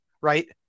right